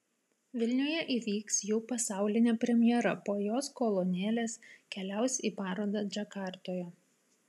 vilniuje įvyks jų pasaulinė premjera po jos kolonėlės keliaus į parodą džakartoje